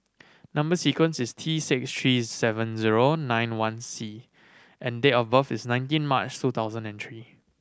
number sequence is T six three seven zero nine one C and date of birth is nineteen March two thousand and three